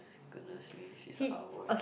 goodness me she's a owl